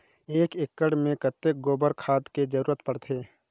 एक एकड़ मे कतका गोबर खाद के जरूरत पड़थे?